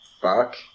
fuck